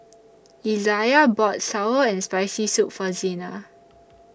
Izayah bought Sour and Spicy Soup For Zena